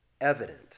evident